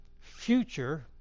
future